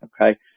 Okay